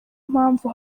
mpamvu